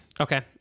okay